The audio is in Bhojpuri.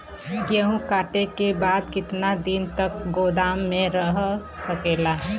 गेहूँ कांटे के बाद कितना दिन तक गोदाम में रह सकेला?